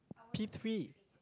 P-three